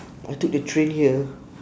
I took the train here